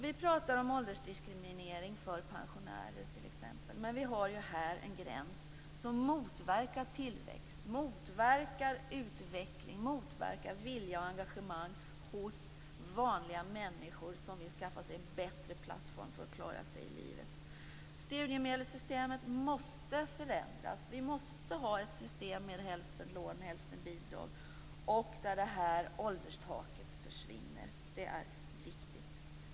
Vi pratar om åldersdiskriminering för pensionärer t.ex., men vi har här en gräns som motverkar tillväxt, motverkar utveckling, motverkar vilja och engagemang hos vanliga människor som vill skaffa sig en bättre plattform för att klara sig i livet. Studiemedelssystemet måste förändras. Vi måste ha ett system med hälften lån hälften bidrag där ålderstaket försvinner. Det är viktigt.